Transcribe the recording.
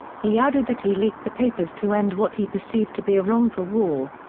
he added that he leaked the papers to end what he perceived to be a wrongful war.